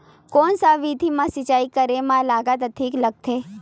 कोन सा विधि म सिंचाई करे म लागत अधिक लगथे?